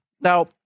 Now